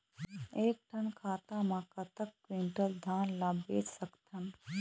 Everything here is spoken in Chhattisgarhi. एक ठन खाता मा कतक क्विंटल धान ला बेच सकथन?